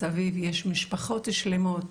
מסביב יש משפחות שלמות